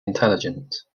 intelligent